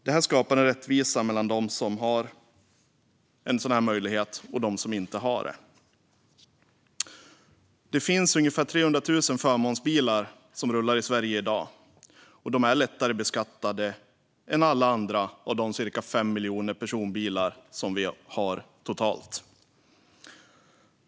Det här skapar en rättvisa mellan dem som har en sådan här möjlighet och dem som inte har det. Det finns ungefär 300 000 förmånsbilar som rullar i Sverige i dag, och de är lägre beskattade än alla andra cirka 5 miljoner personbilar som vi har totalt.